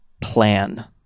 plan